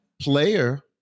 player